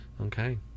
okay